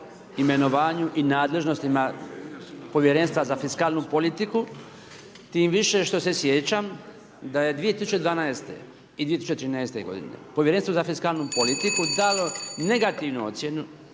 imenovanju i nadležnostima povjerenstva za fiskalnu politiku, tim više što se sjećam da je 2012. i 2013. povjerenstvo za fiskalnu politiku dalo negativnu ocjenu,